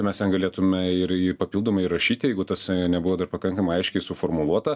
mes ten galėtume ir ir papildomai įrašyti jeigu tas nebuvo dar pakankamai aiškiai suformuluota